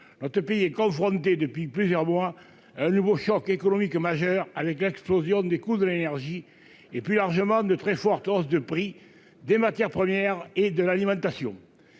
notre pays est confronté depuis plusieurs mois un nouveau choc économique majeur avec l'explosion des coûts de l'énergie et puis largement, de très fortes hausses de prix des matières premières et de l'alimentation,